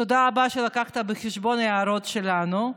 תודה רבה שלקחת בחשבון את ההערות שלנו,